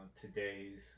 today's